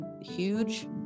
huge